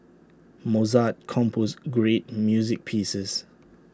Mozart composed great music pieces